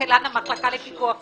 כלכלן המחלקה לפיקוח תקציבי.